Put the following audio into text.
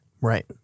Right